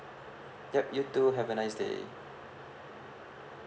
yup you too have a nice day